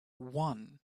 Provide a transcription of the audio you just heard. one